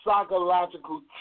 psychological